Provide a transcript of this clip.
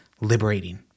liberating